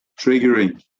triggering